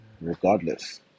regardless